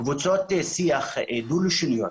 בקבוצות שיח דו לשוניות,